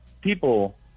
people